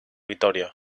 vitoria